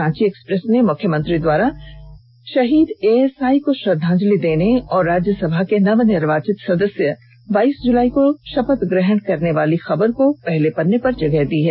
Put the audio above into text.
Ranchi Express में मुख्यमंत्री द्वारा शहीद ए एस आई को श्रद्वांजलि देने और राज्य सभा के नव निर्वाचित सदस्य बाईस जुलाई को शपथ ग्रहण लेने वाली की खबर को पहले पन्ने पर जगह दी है